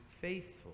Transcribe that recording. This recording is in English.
faithful